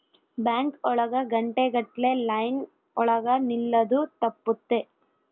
bank ಒಳಗ ಗಂಟೆ ಗಟ್ಲೆ ಲೈನ್ ಒಳಗ ನಿಲ್ಲದು ತಪ್ಪುತ್ತೆ